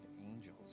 angels